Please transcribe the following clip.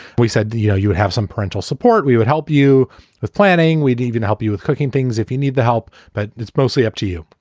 we said, you know, you'd have some parental support. we would help you with planning. we'd even help you with cooking things if you need the help but it's mostly up to you.